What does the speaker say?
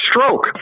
stroke